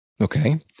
Okay